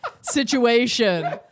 situation